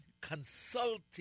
Consulting